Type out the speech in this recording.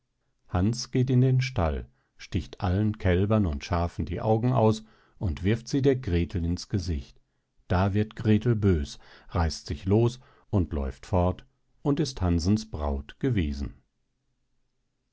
hans geht in den stall sticht allen kälbern und schafen die augen aus und wirft sie der grethel ins gesicht da wird grethel bös reißt sich los und läuft fort und ist hansens braut gewesen